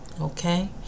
Okay